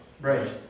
Right